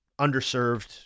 underserved